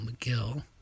McGill